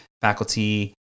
faculty